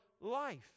life